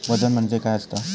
वजन म्हणजे काय असता?